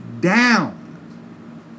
down